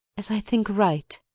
as i think right.